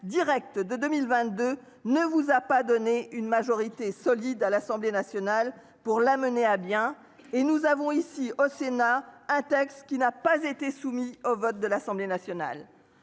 directe de 2022 ne vous a pas donner une majorité solide à l'Assemblée nationale pour la mener à bien et nous avons ici au Sénat, un texte qui n'a pas été soumis au vote de l'Assemblée nationale.